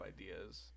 ideas